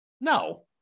No